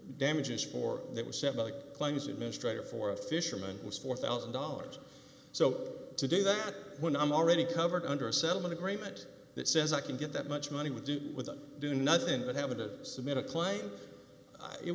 damages for that was several claims administrator for a fisherman was four thousand dollars so to do that when i'm already covered under a settlement agreement that says i can get that much money would do with do nothing but having to submit a claim it